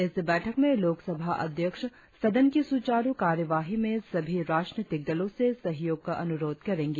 इस बैठक में लोकसभा अध्यक्ष सदन की सुचारु कार्यवाही में सभी राजनीतिक दलों से सहयोग का अनुरोध करेंगी